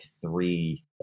three